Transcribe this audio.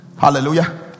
Hallelujah